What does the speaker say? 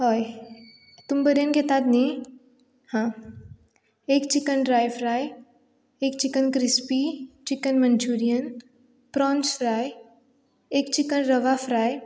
हय तुमी बरयन घेतात न्ही हां एक चिकन ड्राय फ्राय एक chicken crispy chicken Manchurian prawns fry एक चिकन रवा फ्राय